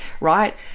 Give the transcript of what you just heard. right